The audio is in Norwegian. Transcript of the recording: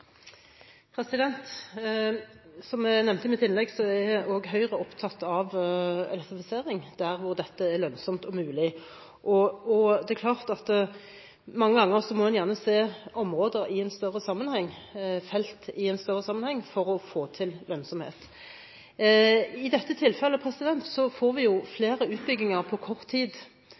tatt. Som jeg nevnte i mitt innlegg, er også Høyre opptatt av elektrifisering, der hvor dette er lønnsomt og mulig. Det er klart at mange ganger må man gjerne se områder og felt i en større sammenheng for å få til lønnsomhet. I dette tilfellet får vi flere utbygginger på kort tid,